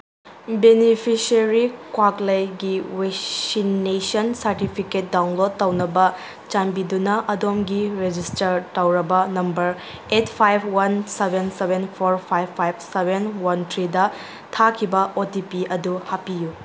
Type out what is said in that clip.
beneficiary ꯀ꯭ꯋꯥꯛꯂꯩꯒꯤ vaccination certificate download ꯇꯧꯅꯕ ꯆꯥꯟꯕꯤꯗꯨꯅ ꯑꯗꯣꯝꯒꯤ ꯔꯦꯖꯤꯁꯇꯔꯠ ꯇꯧꯔꯕ number eight five one seven seven four five five seven one ꯊ꯭ꯔꯤꯗ ꯊꯥꯈꯤꯕ ꯑꯣ ꯇꯤ ꯄꯤ ꯑꯗꯨ ꯍꯥꯞꯄꯤꯌꯨ